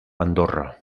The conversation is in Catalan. andorra